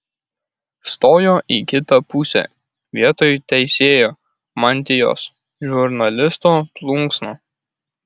stojo į kitą pusę vietoj teisėjo mantijos žurnalisto plunksna